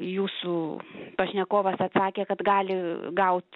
jūsų pašnekovas atsakė kad gali gaut